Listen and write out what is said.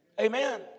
Amen